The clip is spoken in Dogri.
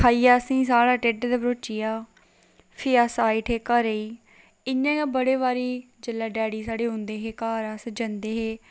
खाइयै असें साढ़ा ढिड्ड गै भरोची गेआ भी अस आई उठी घरै गी इ'यां गै बड़े बारी जेल्लै डैडी साढ़े ओंदे हे घर अस जंदे हे